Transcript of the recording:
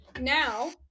Now